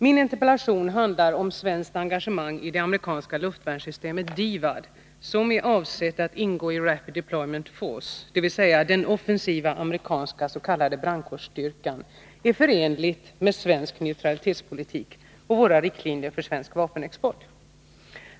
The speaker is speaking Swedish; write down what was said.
Min interpellation handlar om huruvida svenskt engagemang i det amerikanska luftvärnssystemet DIVAD, som är avsett att ingå i Rapid Deployment Force, RDF — dvs. den offensiva amerikanska s.k. brandkårsstyrkan — är förenligt med svensk neutralitetspolitik och våra riktlinjer för svensk vapenexport.